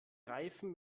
reifen